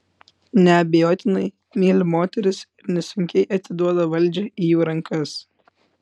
neabejotinai myli moteris ir nesunkiai atiduoda valdžią į jų rankas